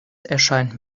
erscheint